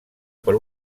per